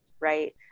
right